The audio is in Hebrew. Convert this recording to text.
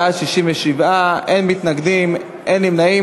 בעד, 67, אין מתנגדים, אין נמנעים.